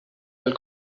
del